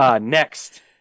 Next